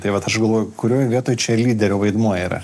tai vat aš galvoju kurioj vietoj čia lyderio vaidmuo yra